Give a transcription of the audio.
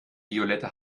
violette